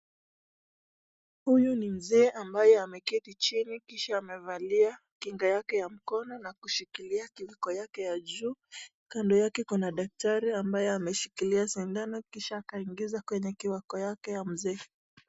Huyu ni mzee ambaye ameketi chini kisha amevalia kinga yake ya mkono na kushikilia kiungo yake ya juu. Kando yake kuna daktari ambaye ameshikilia sindano kisha akaingiza kwenye kiango ya mzee.